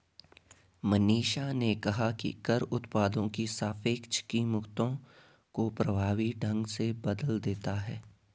मनीषा ने कहा कि कर उत्पादों की सापेक्ष कीमतों को प्रभावी ढंग से बदल देता है